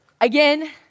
again